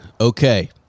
Okay